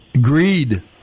Greed